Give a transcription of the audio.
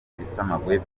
ibisamagwe